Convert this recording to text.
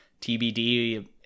TBD